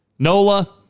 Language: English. Nola